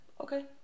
okay